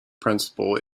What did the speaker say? principle